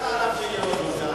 אתה לחצת עליו שיהיה ראש ממשלה.